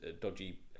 dodgy